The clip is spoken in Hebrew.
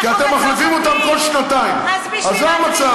כי אתם מחליפים אותם כל שנתיים, אז זה המצב.